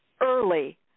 early